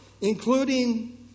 Including